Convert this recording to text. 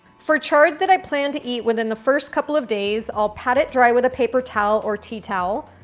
for chard that i plan to eat within the first couple of days, i'll pat it dry with a paper towel or tea towel,